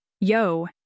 yo